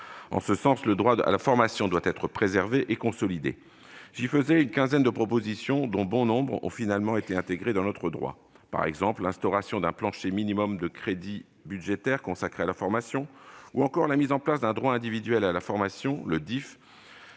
En ce sens, le droit à la formation doit être préservé et consolidé. » J'y formulais une quinzaine de propositions, dont bon nombre ont finalement été intégrées dans notre droit, par exemple l'instauration d'un plancher de crédits budgétaires consacrés à la formation, ou encore la mise en place d'un droit individuel à la formation, le DIFE,